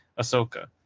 Ahsoka